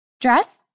Dress